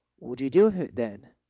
what do you do then?